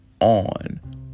on